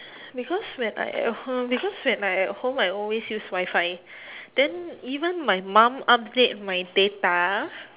because when I at home because when I at home I always use wifi then even my mum update my data